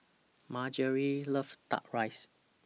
Margery loves Duck Rice